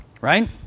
right